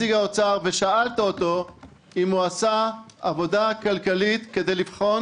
האוצר ושאלת אותו אם הוא עשה עבודה כלכלית כדי לבחון